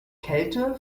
kälte